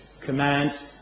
commands